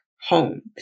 home